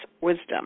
wisdom